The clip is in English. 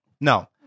No